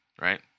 right